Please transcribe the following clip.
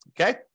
Okay